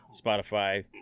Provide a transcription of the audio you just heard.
Spotify